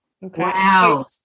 Wow